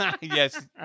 Yes